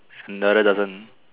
another doesn't